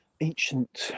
ancient